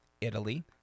Italy